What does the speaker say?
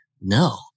no